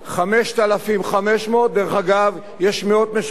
דרך אגב יש מאות משרתים בצה"ל כשזה לא חובה,